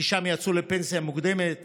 כי שם יצאו לפנסיה מוקדמת